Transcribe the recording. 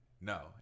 No